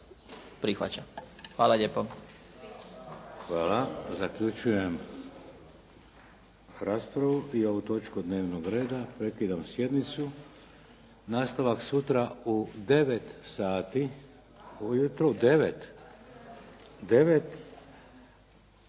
Vladimir (HDZ)** Hvala. Zaključujem raspravu i ovu točku dnevnog reda. Prekidam sjednicu. Nastavak sutra u 9,00 sati